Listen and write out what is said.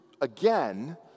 again